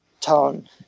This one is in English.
tone